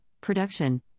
production